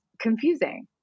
confusing